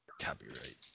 Copyright